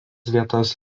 vietas